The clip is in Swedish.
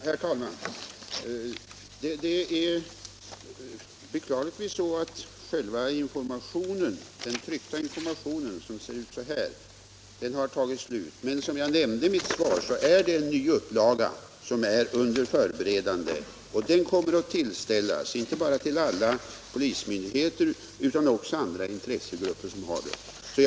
Herr talman! Det är beklagligtvis så att den tryckta informationsbroschyren har tagit slut, men som jag nämnde i mitt svar är en ny upplaga under förberedande, och den kommer att tillställas inte bara alla polismyndigheter utan också andra berörda intressenter.